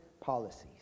policies